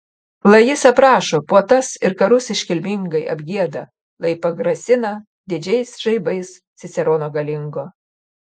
lai jis aprašo puotas ir karus iškilmingai apgieda lai pagrasina didžiais žaibais cicerono galingo